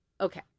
Okay